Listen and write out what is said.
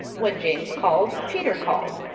when james called, peter called.